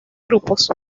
grupos